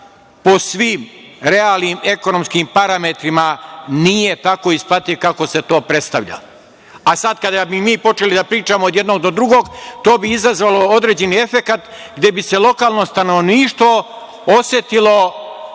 po svim realnim ekonomskim parametrima nije tako isplativ kako se to predstavlja. Sada kada bi mi počeli da pričamo od jednog do drugog to bi izazvalo određeni efekat gde bi se lokalno stanovništvo osetilo